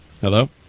Hello